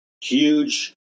huge